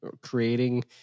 creating